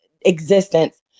existence